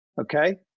okay